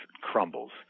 crumbles